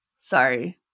Sorry